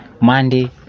Monday